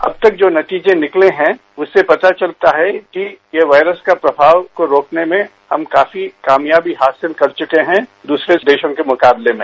अब तक जो नतीजे निकले हैं उससे पता चलता है कि ये वायरस का प्रभाव को रोकने में हम काफी कामयाबी हासिल कर चुके हैं दूसरे देशों के मुकाबले में